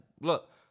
look